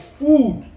food